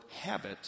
habit